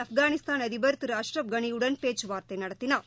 ஆப்கானிஸ்தான் அதிபர் திரு அஷ்ரப் களியுடனும் பேச்சுவார்தை நடத்தினார்